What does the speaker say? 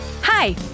Hi